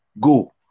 Go